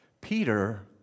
Peter